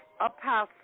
Apostle